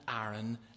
Aaron